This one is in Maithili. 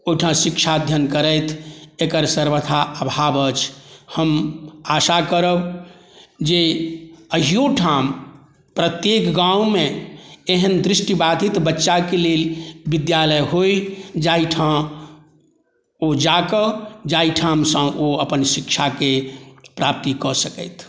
ओहिठाम शिक्षा अध्ययन करथि एकर सर्वथा अभाव अछि हम आशा करब जे अहिओ ठाम प्रत्येक गाममे एहन दृष्टिबाधित बच्चाके लेल विद्यालय होइ जाहिठाम ओ जाकऽ जाहिठामसँ ओ अपन शिक्षाके प्राप्ति कऽ सकथि